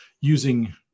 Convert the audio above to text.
using